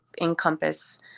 encompass